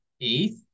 eighth